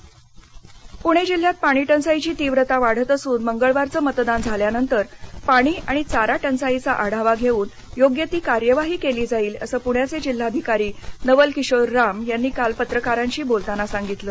पाणी टंचाईः पूणे जिल्ह्यात पाणी टंचाईची तीव्रता वाढत असून मंगळवारचं मतदान झाल्यानंतर पाणी आणि चारा टंचाईचा आढावा घेऊन योग्य ती कार्यवाही केली जाईल असं पुण्याचे जिल्हाधिकारी नवल किशोर राम यांनी काल पत्रकारांशी बोलताना सांगितलं